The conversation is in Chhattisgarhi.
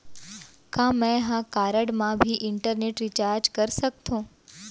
का मैं ह कारड मा भी इंटरनेट रिचार्ज कर सकथो